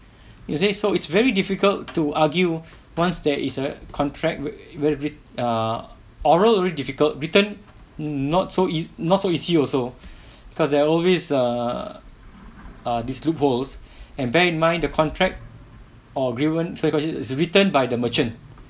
is it so it's very difficult to argue once there is a contract will it be ah oral already difficult written not so not so easy also because they're always err err these loopholes and bear in mind the contract or agreement because it is written by the merchant